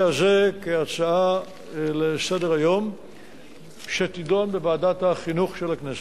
הזה כהצעה לסדר-היום בוועדת החינוך של הכנסת.